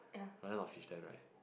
Ryan got fish tank right